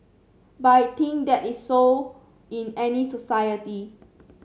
but I think that is so in any society